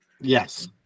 Yes